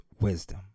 wisdom